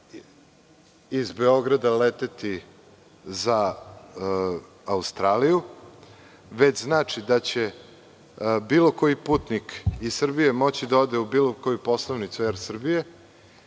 iz Beograda leteti za Australiju, već znači da će bilo koji putnik iz Srbije moći dao ode u bilo koju poslovnicu AIR Srbije,